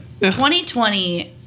2020